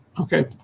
Okay